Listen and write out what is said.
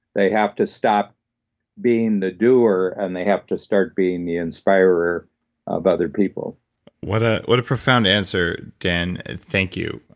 they have to stop being the doer and they have to start being the inspirer of other people what ah what a profound answer, dan. thank you.